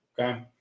Okay